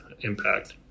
impact